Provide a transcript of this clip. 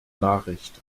nachricht